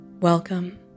Welcome